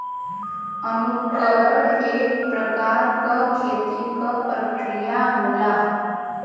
अंकुरण एक प्रकार क खेती क प्रक्रिया होला